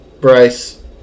bryce